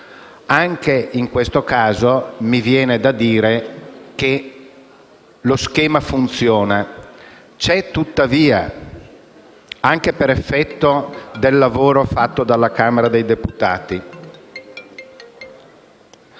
Anche in questo caso mi viene da dire che lo schema funziona. C'è tuttavia, anche per effetto del lavoro svolto dalla Camera dei deputati,